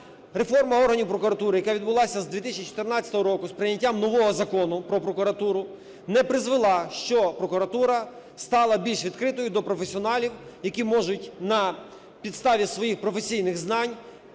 Реформа органів прокуратури, яка відбулася з 2014 року з прийняттям нового Закону про прокуратуру, не призвела, що прокуратура стала більш відкритою до професіоналів. Які можуть на підставі своїх професійних знань,